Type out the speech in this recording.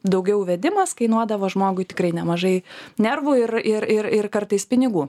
daugiau vedimas kainuodavo žmogui tikrai nemažai nervų ir ir ir ir kartais pinigų